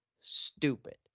stupid